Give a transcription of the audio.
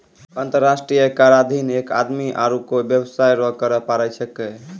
अंतर्राष्ट्रीय कराधीन एक आदमी आरू कोय बेबसाय रो कर पर पढ़ाय छैकै